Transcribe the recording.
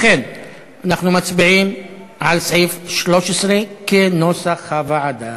לכן אנחנו מצביעים על סעיף 13 כנוסח הוועדה.